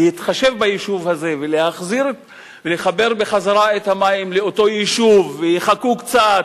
בבקשה להתחשב ביישוב הזה ולחבר בחזרה את המים לאותו יישוב ושיחכו קצת,